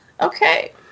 Okay